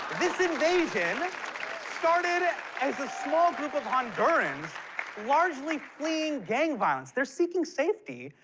this invasion started as a small group of hondurans largely fleeing gang violence. they're seeking safety,